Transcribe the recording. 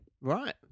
Right